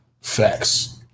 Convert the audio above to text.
Facts